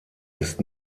ist